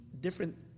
different